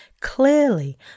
clearly